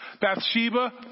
Bathsheba